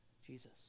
Jesus